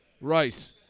Rice